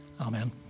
Amen